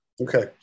Okay